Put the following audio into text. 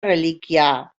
relíquia